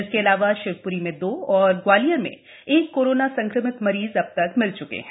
इसके अलावा शिवप्री में दो तथा ग्वालियर में एक कोरोना संक्रमित मरीज अब तक मिल च्के हैं